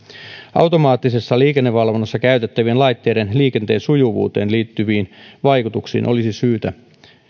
automaattisessa liikennevalvonnassa käytettävien laitteiden liikenteen sujuvuuteen liittyviin vaikutuksiin olisi syytä